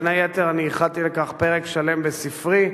בין היתר אני ייחדתי לכך פרק שלם בספרי,